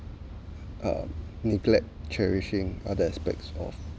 uh neglect cherishing other aspects of